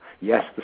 Yes